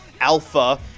alpha